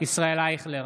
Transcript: ישראל אייכלר,